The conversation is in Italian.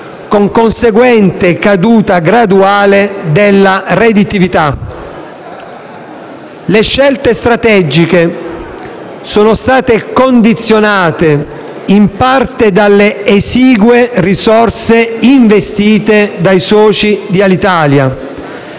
con conseguente caduta graduale della redditività. Le scelte strategiche sono state condizionate in parte dalle esigue risorse investite dai soci di Alitalia,